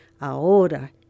ahora